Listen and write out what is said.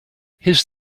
his